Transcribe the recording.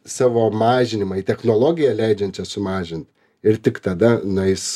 savo mažinimą į technologiją leidžiančią sumažint ir tik tada nueis